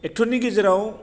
एक्टरनि गेजेराव